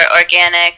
organic